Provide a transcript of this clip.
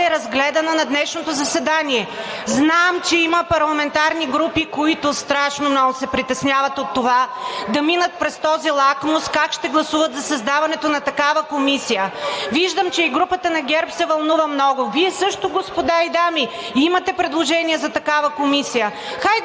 разгледана на днешното заседание. Знам, че има парламентарни групи, които страшно много се притесняват от това да минат през този лакмус – как ще гласуват за създаването на такава комисия. Виждам, че и групата на ГЕРБ се вълнува много. Вие също, дами и господа, имате предложение за такава комисия.